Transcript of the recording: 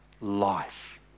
life